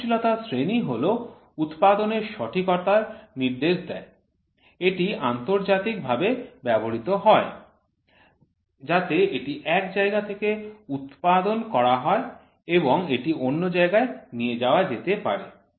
সহনশীলতার শ্রেণী হল উৎপাদনের সঠিকতা নির্দেশ দেয় এটি আন্তর্জাতিকভাবে ব্যবহৃত হয় যাতে এটি এক জায়গা থেকে উৎপাদন করা যায় এবং এটি অন্য জায়গায় নিয়ে যাওয়া যেতে পারে